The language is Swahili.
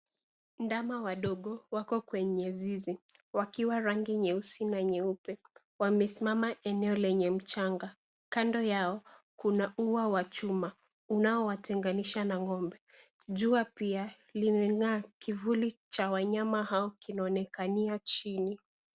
Ndama wadogo, wako kwenye zizi, wakiwa rangi nyeusi na nyeupe. Wamesimama eneo lenye mchanga, kando yao, kuna ua wa chuma unaowatenganisha na ng'ombe. Jua pia, llimengaa, kivuli cha wanyama hao kinaonekania chini.